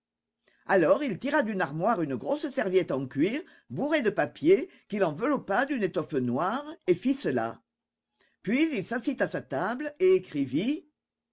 alors il tira d'une armoire une grosse serviette en cuir bourrée de papiers qu'il enveloppa d'une étoffe noire et ficela puis il s'assit à sa table et écrivit